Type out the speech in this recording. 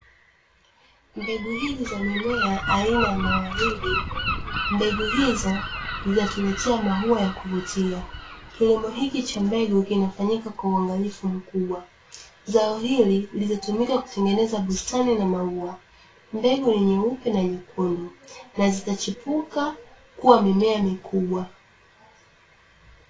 Mbegu hizi za mimea aina ya mawaridi. Mbegu hizo zinatuletea maua ya kuvutia. Kilimo hiki cha mbegu kinafanyika kwa uangalifu mkubwa. Zao hili litatumika kutengeneza bustani na maua, mbegu ni nyeupe na nyekundu, na zitachipuka kuwa mimea mikubwa.